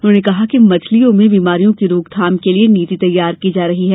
उन्होंने कहा कि मछलियों में बीमारियों की रोकथाम के लिए नीति तैयार की जा रही है